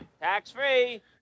tax-free